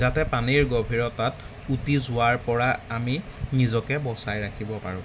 যাতে পানীৰ গভীৰতাত উটি যোৱাৰপৰা আমি নিজকে বচাই ৰাখিব পাৰোঁ